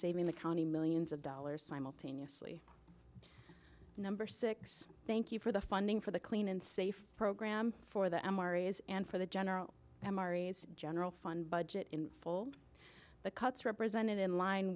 saving the county millions of dollars simultaneously number six thank you for the funding for the clean and safe program for the m r is and for the general general fund budget in full the cuts represented in line